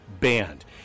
banned